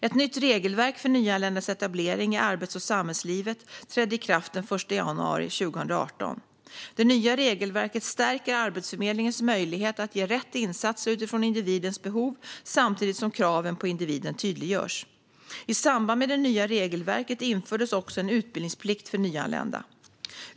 Ett nytt regelverk för nyanländas etablering i arbets och samhällslivet trädde i kraft den 1 januari 2018. Det nya regelverket stärker Arbetsförmedlingens möjligheter att ge rätt insatser utifrån individens behov, samtidigt som kraven på individen tydliggörs. I samband med det nya regelverket infördes också en utbildningsplikt för nyanlända.